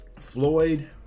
Floyd